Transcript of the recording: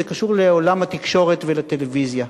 זה קשור לעולם התקשורת ולטלוויזיה.